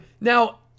now